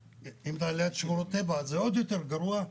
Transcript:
ואם אתה ליד שמורות טבע זה עוד יותר גרוע,